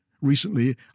Recently